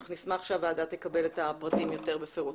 נשמח שהוועדה תקבל את הפרטים יותר בפירוט.